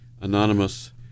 Anonymous